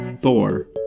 Thor